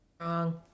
Wrong